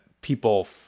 people